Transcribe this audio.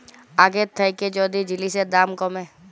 আগের থ্যাইকে যদি জিলিসের দাম ক্যমে